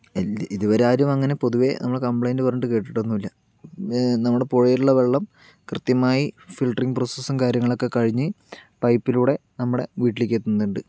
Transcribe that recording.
എല്ല് ഇതുവരെ ആരും അങ്ങനെ പൊതുവെ നമ്മള് കംപ്ലൈന്റ് പറഞ്ഞിട്ട് കേട്ടിട്ടൊന്നും ഇല്ല നമ്മടെ പൊഴേലുള്ള വെള്ളം കൃത്യമായി ഫില്ട്ടറിംഗ് പ്രോസസ്സും കാര്യങ്ങളും ഒക്കെ കഴിഞ്ഞ് പൈപ്പിലൂടെ നമ്മടെ വീട്ടിലേക്ക് എത്തുന്നുണ്ട്